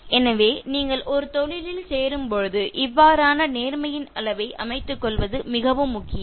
எனவே நீங்கள் ஒரு புதிய தொழிலில் சேரும்பொழுது இவ்வாறான நேர்மையின் அளவை அமைத்துக் கொள்வது மிகவும் முக்கியம்